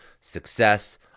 success